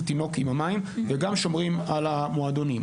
התינוק עם המים וגם שומרים על המועדונים.